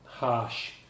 Harsh